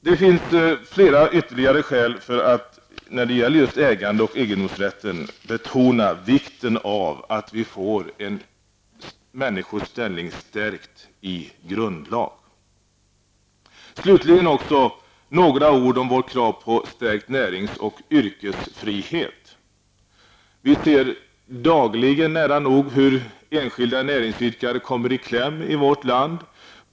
Det finns flera ytterligare skäl att betona vikten av att människors ställning när det gäller ägande och egendomsrätten stärks i grundlag. Slutligen några ord om vårt krav på stärkt näringsoch yrkesfrihet. Vi ser nära nog dagligen hur enskilda näringsidkare kommer i kläm i vårt land.